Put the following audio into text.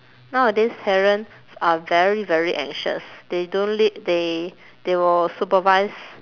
nowadays parents are very very anxious they don't lea~ they they will supervise